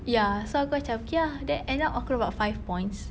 ya so aku macam okay ah then end up aku dapat five points